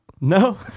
No